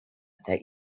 that